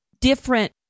different